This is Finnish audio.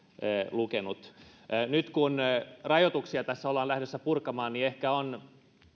lukenut nyt kun tässä ollaan lähdössä purkamaan rajoituksia niin ehkä on